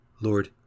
Lord